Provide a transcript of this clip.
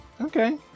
Okay